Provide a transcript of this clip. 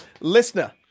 Listener